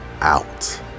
out